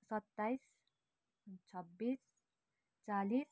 सत्ताइस छब्बिस चालिस